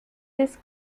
this